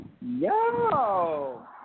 Yo